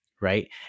right